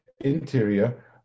interior